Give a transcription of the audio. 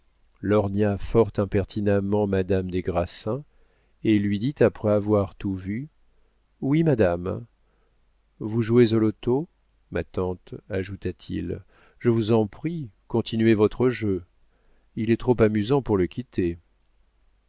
lorgna fort impertinemment madame des grassins et lui dit après avoir tout vu oui madame vous jouez au loto ma tante ajouta-t-il je vous en prie continuez votre jeu il est trop amusant pour le quitter